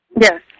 Yes